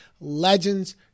Legends